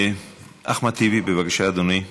אחמד טיבי, בבקשה, אדוני.